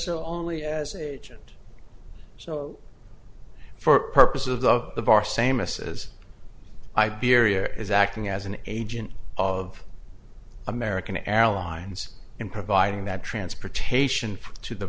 only as agent so for purposes of the bar samus as iberia is acting as an agent of american airlines in providing that transportation to the